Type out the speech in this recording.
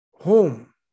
home